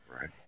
Right